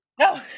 No